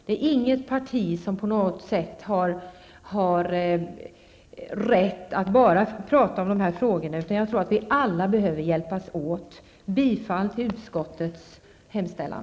Det är inget parti som på något sätt har rätt att bara prata om dessa frågor, utan vi behöver alla hjälpas åt. Jag yrkar bifall till utskottets hemställan.